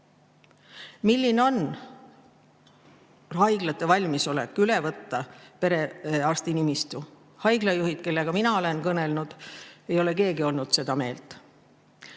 Milline on haiglate valmisolek võtta üle perearstinimistu? Haiglajuhid, kellega mina olen kõnelnud, ei ole keegi olnud seda meelt.